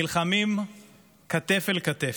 נלחמים כתף לכתף.